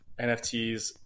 NFTs